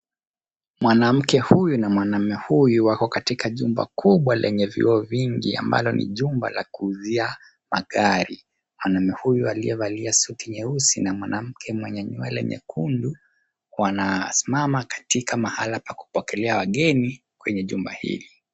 Mwanamke huyu na mwanaume huyu wako katika jumba kubwa lenye vioo vingi ambalo ni jumba la kuuzia magari. Mwanaume huyu aliyevalia suti nyeusi na mwanamke mwenye nywele nyekundu wanasimama katika mahala pa kupokelea wageni kwenye jumba hili.